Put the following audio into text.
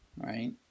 right